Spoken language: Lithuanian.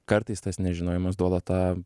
kartais tas nežinojimas duoda tą